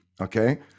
Okay